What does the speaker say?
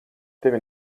tevi